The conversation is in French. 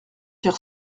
hier